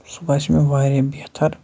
سُہ باسیو مےٚ واریاہ بہتر